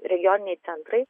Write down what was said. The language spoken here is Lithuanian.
regioniniai centrai